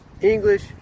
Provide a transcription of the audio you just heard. English